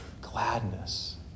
gladness